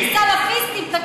אסלאמיסטים סלפיסטים,